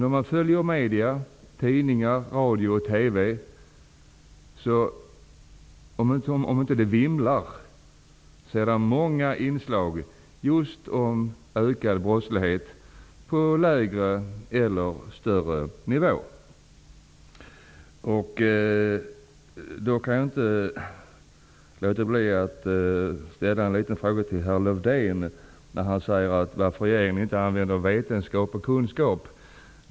Om man följer med i medierna -- tidningar, radio och TV -- finner man många inslag om just ökad brottslighet på lägre eller högre nivå. Jag kan inte låta bli att ställa en liten fråga till herr Lövdén. Han undrar varför regeringen inte använder vetenskap och kunskap.